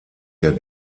der